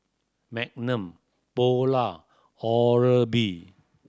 Magnum Polar Oral B